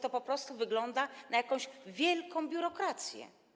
To po prostu wygląda na jakąś wielką biurokrację.